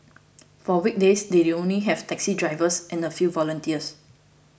for weekdays they only have taxi drivers and a few volunteers